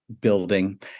building